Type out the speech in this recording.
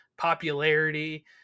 popularity